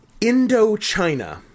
Indochina